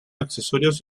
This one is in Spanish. accesorios